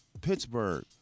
Pittsburgh